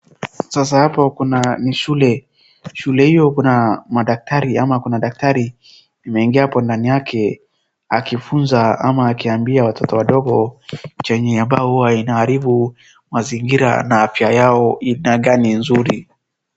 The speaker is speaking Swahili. Sasa hapo ni shule na shule hiyo kuna daktari ama madaktari wameingia hapo ndani yake akifunza ama akiambia watotoa wadogo chenye ambayo huwa inaaribu mazingira na afya yao inakaa ni nzuri.